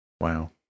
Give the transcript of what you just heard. Wow